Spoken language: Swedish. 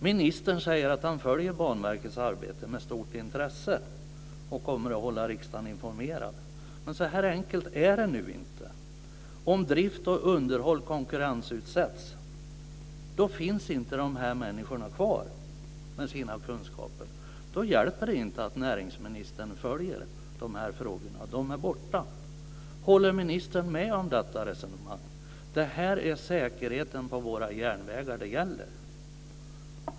Ministern säger att han följer Banverkets arbete med stort intresse och kommer att hålla riksdagen informerad. Men det är inte så enkelt. Om drift och underhåll konkurrensutsätts finns inte de här människorna kvar med sina kunskaper. Då hjälper det inte att näringsministern följer de här frågorna. De är borta. Håller ministern med om detta resonemang? Det gäller säkerheten på våra järnvägar.